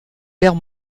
guerre